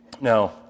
Now